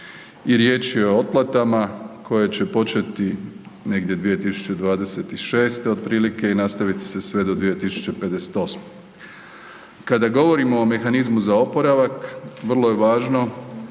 i riječ je o otplatama koje će početi negdje 2026. otprilike i nastaviti se sve do 2058. Kada govorimo o mehanizmu za oporavak vrlo je važno